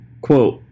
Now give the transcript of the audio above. Quote